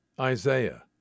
Isaiah